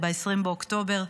ב-20 באוקטובר,